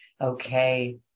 Okay